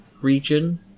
region